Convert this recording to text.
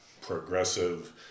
progressive